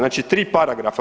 Znači tri paragrafa.